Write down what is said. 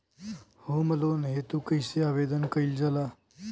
Home loan हेतु कइसे आवेदन कइल जाला?